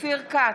אופיר כץ,